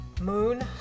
moon